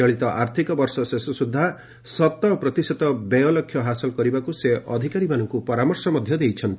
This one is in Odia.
ଚଳିତ ଆର୍ଥିକ ବର୍ଷ ଶେଷ ସୁଦ୍ଧା ଶତପ୍ରତିଶତ ବ୍ୟୟ ଲକ୍ଷ୍ୟ ହାସଲ କରିବାକୁ ସେ ଅଧିକାରୀମାନଙ୍କୁ ପରାମର୍ଶ ଦେଇଛନ୍ତି